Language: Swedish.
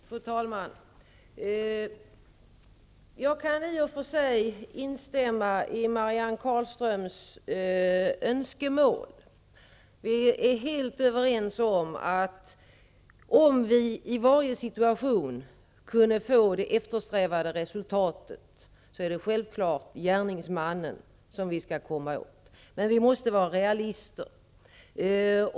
Fru talman! Jag kan i och för sig instämma i Marianne Carlströms önskemål. Vi är helt överens om att det eftersträvade resultatet i varje situation självfallet är att komma åt gärningsmannen. Men vi måste vara realister.